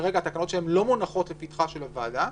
כרגע התקנות שלהם לא מונחות לפתחה של הוועדה,